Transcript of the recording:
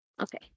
Okay